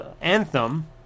Anthem